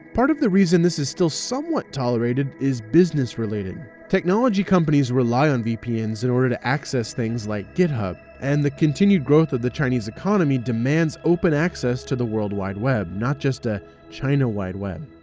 part of the reason this is still somewhat tolerated is business related. technology companies rely on vpns in order to access things like github, and the continued growth of the chinese economy demands open access the world wide web, not just a china wide web.